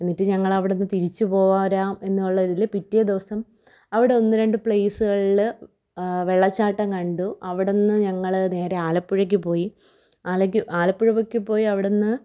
എന്നിട്ട് ഞങ്ങളവിടെനിന്ന് തിരിച്ചു പോരാം എന്നുള്ളതില് പിറ്റേദിവസം അവിടെ ഒന്ന് രണ്ട് പ്ലേസുകളില് വെള്ളച്ചാട്ടം കണ്ടു അവിടുന്ന് ഞങ്ങള് നേരേ ആലപ്പുഴയ്ക്ക് പോയി ആലപ്പുഴയ്ക്ക് പോയി അവിടെനിന്ന്